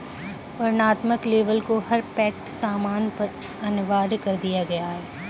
वर्णनात्मक लेबल को हर पैक्ड सामान पर अनिवार्य कर दिया गया है